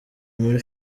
muri